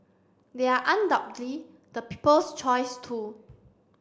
they are undoubtedly the people's choice too